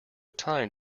time